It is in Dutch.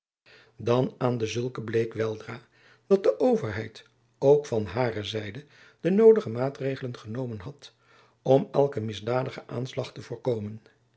dan aan dezulken bleek weldra dat de overheid ook van hare zijde de noodige maatregelen genomen had om elken misdadigen aanslag te voorkomen